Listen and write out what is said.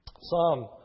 Psalm